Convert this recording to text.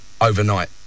overnight